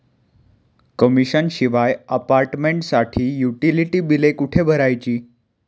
Commission शिवाय अपार्टमेंटसाठी utility बिले कुठे भरायची?